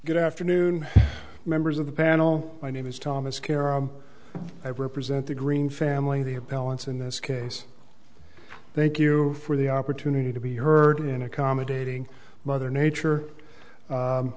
good afternoon members of the panel my name is thomas carer i represent the green family the appellant's in this case thank you for the opportunity to be heard in accommodating mother nature